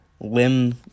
Lim